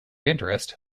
interest